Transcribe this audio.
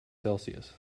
celsius